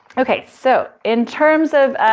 okay. so in terms of,